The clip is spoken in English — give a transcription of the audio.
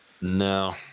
No